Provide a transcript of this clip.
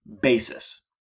basis